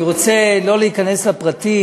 אני לא רוצה להיכנס לפרטים,